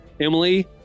Emily